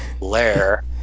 lair